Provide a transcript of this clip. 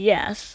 Yes